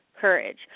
courage